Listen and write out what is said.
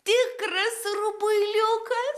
tikras rubuiliukas